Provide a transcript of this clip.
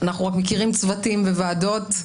אנחנו רק מכירים צוותים וועדות,